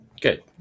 Good